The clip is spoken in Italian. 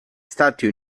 stati